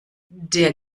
der